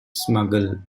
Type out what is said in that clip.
smugglers